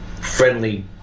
friendly